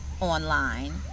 online